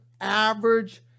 average